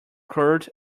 curled